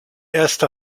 erste